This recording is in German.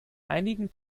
einigen